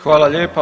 Hvala lijepa.